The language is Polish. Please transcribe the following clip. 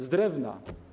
Z drewna.